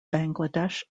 bangladesh